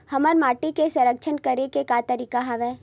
हमर माटी के संरक्षण करेके का का तरीका हवय?